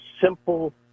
simple